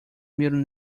middle